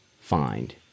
find